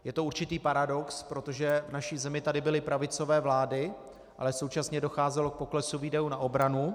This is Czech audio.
Je to určitý paradox, protože v naší zemi tady byly pravicové vlády, ale současně docházelo k poklesu výdajů na obranu.